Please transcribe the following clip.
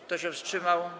Kto się wstrzymał?